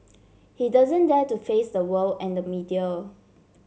he doesn't dare to face the world and the media